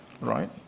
right